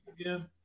again